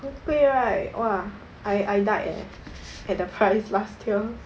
很贵 right !wah! I I died eh at the price last year